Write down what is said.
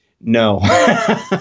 no